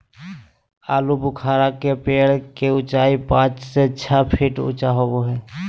आलूबुखारा के पेड़ के उचाई पांच से छह फीट ऊँचा होबो हइ